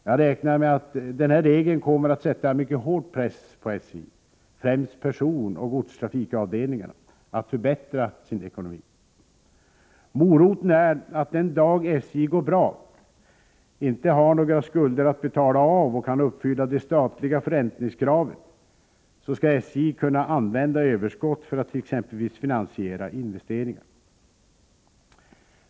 Jag räknar med att denna regel kommer att sätta mycket hård press på SJ, främst personoch godstrafikavdelningarna, att förbättra sin ekonomi. Moroten är att den dag SJ går bra, inte har några skulder att betala av och kan uppfylla det statliga förräntningskravet, skall SJ kunna använda överskottet för att t.ex. finansiera investeringar.